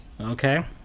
Okay